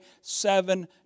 seven